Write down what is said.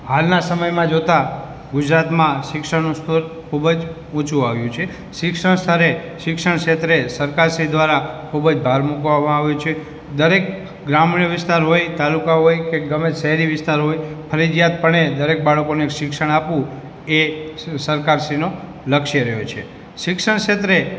હાલના સમયમાં જોતાં ગુજરાતમાં શિક્ષણનું સ્તર ખૂબ જ ઊંચું આવ્યું છે શિક્ષણ સ્તરે શિક્ષણ ક્ષેત્રે સરકાર શ્રી દ્વારા ખૂબ જ ભાર મૂકવામાં આવ્યો છે દરેક ગ્રામીણ વિસ્તાર હોય તાલુકા હોય કે ગમે તે શહેરી વિસ્તાર હોય ફરજિયાતપણે દરેક બાળકોને શિક્ષણ આપવું એ સરકારશ્રીનો લક્ષ્ય રહ્યો છે શિક્ષણ ક્ષેત્રે